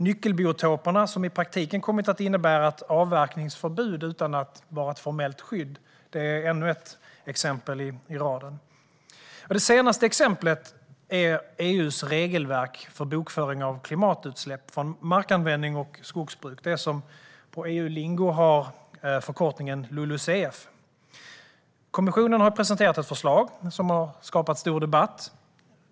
Nyckelbiotoperna, som i praktiken kommit att innebära ett avverkningsförbud utan att vara ett formellt skydd, är ännu ett exempel i raden. Det senaste exemplet är EU:s regelverk för bokföring av klimatutsläpp från markanvändning och skogsbruk, det som på EU-lingo har förkortningen LULUCF. Kommissionen har presenterat ett förslag som har skapat stor debatt.